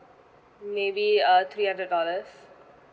maybe uh three hundred dollars